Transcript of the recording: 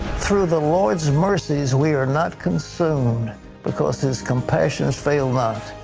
through the lord's mercies we are not consumed because his com passions file not.